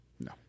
No